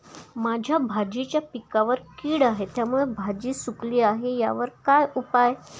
माझ्या भाजीच्या पिकावर कीड आहे त्यामुळे भाजी सुकली आहे यावर काय उपाय?